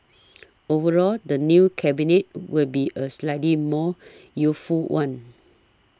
overall the new Cabinet will be a slightly more youthful one